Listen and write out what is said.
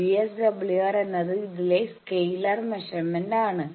VSWR എന്നത് ഇതിലെ scalar measurement ആണ്